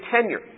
tenure